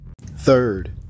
Third